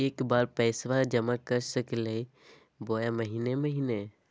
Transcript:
एके बार पैस्बा जमा कर सकली बोया महीने महीने?